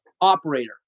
operator